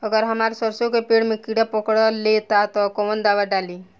अगर हमार सरसो के पेड़ में किड़ा पकड़ ले ता तऽ कवन दावा डालि?